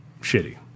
shitty